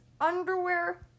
underwear